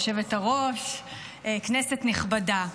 כנסת נכבדה,